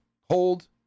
hold